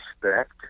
respect